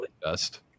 dust